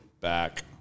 Back